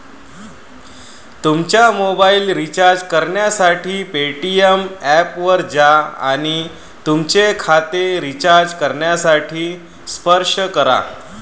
तुमचा mobile recharge करण्यासाठी Paytm ऐपवर जा आणि तुमचे खाते रिचार्ज करण्यासाठी स्पर्श करा